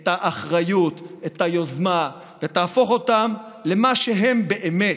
את האחריות, את היוזמה, ותהפוך אותם למה שהם באמת: